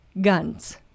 guns